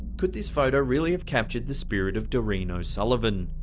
could this photo really have captured the spirit of doreen o'sullivan?